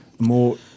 More